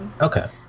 Okay